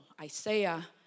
Isaiah